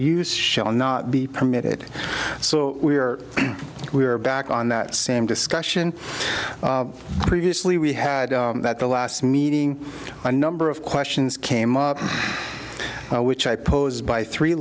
use shall not be permitted so we are we're back on that same discussion previously we had that the last meeting a number of questions came up which i posed by three